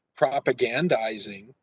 propagandizing